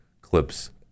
clips